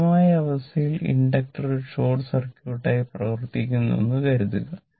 സ്ഥിരമായ അവസ്ഥയിൽ ഇൻഡക്ടർ ഒരു ഷോർട്ട് സർക്യൂട്ടായി പ്രവർത്തിക്കുന്നുവെന്ന് കരുതുക